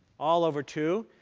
all over two.